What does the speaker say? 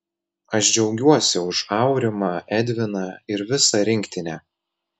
aš džiaugiuosi už aurimą edviną ir visą rinktinę